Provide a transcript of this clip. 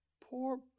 poor